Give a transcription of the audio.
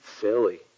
silly